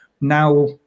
Now